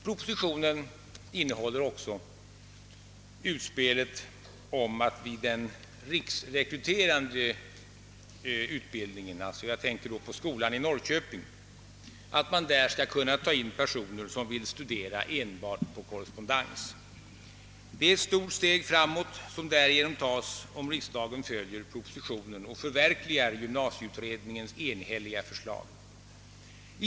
Propositionen innehåller också ett utspel om den riksrekryterande utbildningen — jag tänker på skolan i Norrköping — vilket innebär att där skall kunna tas in personer som vill studera enbart på korrespondens. Det är ett stort steg framåt som därigenom tas om riksdagen följer propositionen och förverkligar gymnasieutredningens enhälliga förslag.